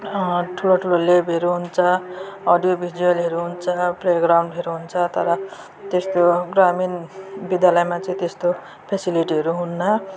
ठुलो ठुलो ल्याबहरू हुन्छ अडियो भिजुवलहरू हुन्छ प्लेग्राउन्डहरू हुन्छ तर त्यस्तो ग्रामीण विद्यालयमा चाहिँ त्यस्तो फेसिलिटीहरू हुन्न